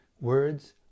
words